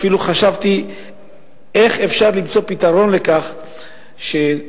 אפילו חשבתי איך אפשר למצוא פתרון לכך שבני-הנוער,